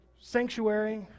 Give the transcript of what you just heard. sanctuary